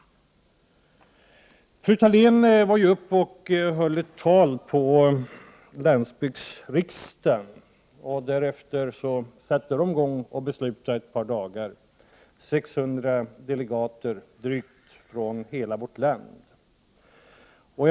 Fru Thalén höll tal på landsbygdsriksdagen. Därefter satte drygt 600 delegater från hela vårt land i gång med att besluta under ett par dagar.